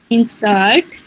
Insert